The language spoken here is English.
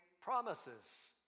promises